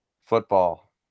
Football